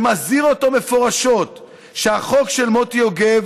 שמזהיר אותו מפורשות שהחוק של מוטי יוגב